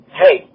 hey